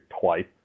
twice